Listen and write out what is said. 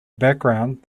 background